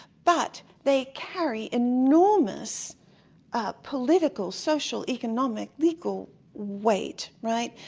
but they carry enormous political, social, economic, legal weight, right?